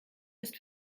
ist